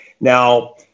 Now